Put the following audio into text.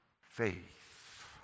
Faith